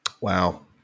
Wow